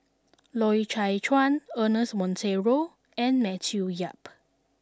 Loy Chye Chuan Ernest Monteiro and Matthew Yap